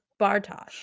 Bartosh